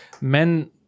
men